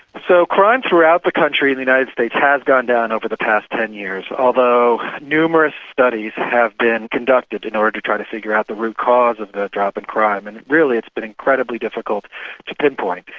so crime throughout the country in the united states has gone down over the past ten years. although numerous studies have been conducted in order to try to figure out the root cause of the drop in crime, and really it's been incredibly difficult to pinpoint.